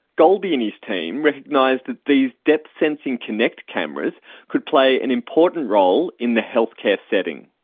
golby and his team recognised that these depth sensing kinect cameras could play an important role in the healthcare setting.